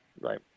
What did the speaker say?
Right